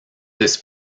this